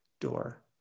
door